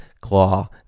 Claw